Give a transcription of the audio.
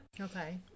Okay